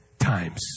times